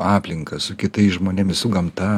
aplinka su kitais žmonėmis su gamta